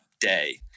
day